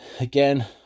again